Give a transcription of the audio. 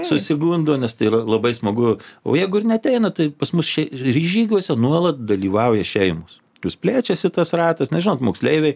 susigundo nes tai yra labai smagu o jeigu ir neateina tai pas mus ši žygiuose nuolat dalyvauja šeimos plius plečiasi tas ratas na žinot moksleiviai